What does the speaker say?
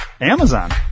Amazon